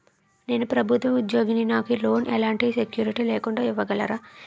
నేను ప్రభుత్వ ఉద్యోగిని, నాకు లోన్ ఎలాంటి సెక్యూరిటీ లేకుండా ఇవ్వగలరా?